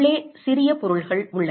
உள்ளே சிறிய பொருள்கள் உள்ளன